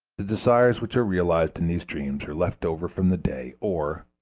the desires which are realized in these dreams are left over from the day or,